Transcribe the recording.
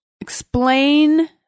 Explain